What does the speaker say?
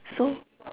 so